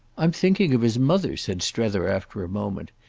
i'm thinking of his mother, said strether after a moment.